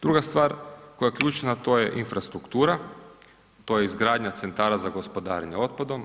Druga stvar koja je ključna, to je infrastruktura, to je izgradnja centara za gospodarenje otpadom.